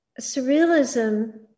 surrealism